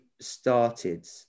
started